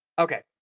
okay